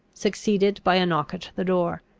succeeded by a knock at the door.